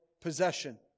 possession